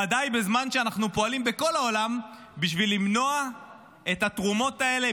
וודאי בזמן שאנחנו פועלים בכל העולם בשביל למנוע את התרומות האלה,